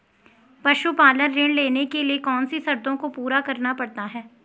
पशुपालन ऋण लेने के लिए कौन सी शर्तों को पूरा करना पड़ता है?